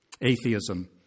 Atheism